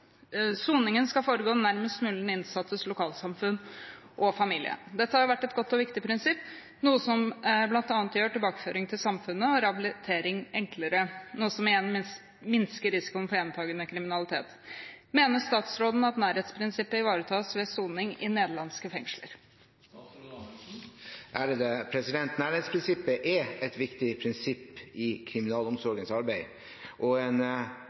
Soningen skal foregå nærmest mulig den innsattes lokalsamfunn og familie. Dette har vært et godt og viktig prinsipp, som blant annet gjør tilbakeføring til samfunnet og rehabilitering enklere. Noe som igjen minsker risikoen for gjentagende kriminalitet. Mener statsråden at nærhetsprinsippet ivaretas ved soning i nederlandsk fengsel?» Nærhetsprinsippet er et viktig prinsipp i kriminalomsorgens arbeid og en